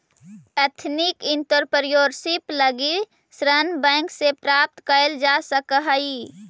ethnic entrepreneurship लगी ऋण bank से प्राप्त कैल जा सकऽ हई